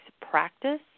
practice